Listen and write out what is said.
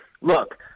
look